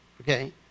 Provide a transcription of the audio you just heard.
Okay